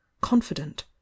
confident